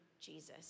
Jesus